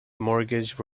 mortgage